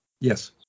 Yes